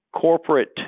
corporate